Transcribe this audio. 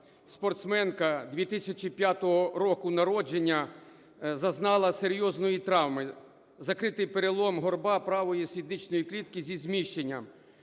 спортсменка 2005 року народження зазнала серйозної травми: закритий перелом горба правої сідничної клітки зі зміщенням.